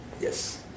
yes